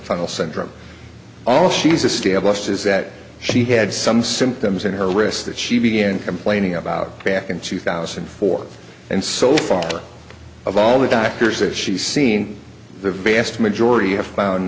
tunnel syndrome all she's established is that she had some symptoms in her wrist that she began complaining about back in two thousand and four and so far of all the doctors that she's seen the vast majority have found